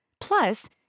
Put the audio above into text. Plus